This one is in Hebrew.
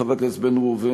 חבר הכנסת בן ראובן,